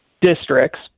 districts